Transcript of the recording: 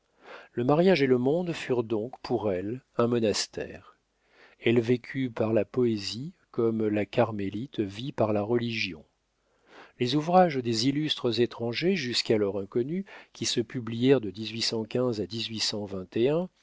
le mariage et le monde furent donc pour elle un monastère elle vécut par la poésie comme la carmélite vit par la religion les ouvrages des illustres étrangers jusqu'alors inconnus qui se publièrent de à